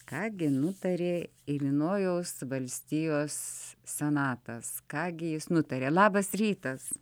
ką gi nutarė ilinojaus valstijos senatas ką gi jis nutarė labas rytas